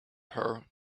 her